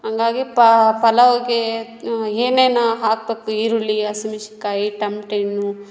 ಹಂಗಾಗಿ ಪಲಾವ್ಗೆ ಏನೇನು ಹಾಕ್ಬೇಕು ಈರುಳ್ಳಿ ಹಸಿಮೆಣ್ಸಿನ ಕಾಯಿ ಟಮ್ಟೆ ಹಣ್ಣು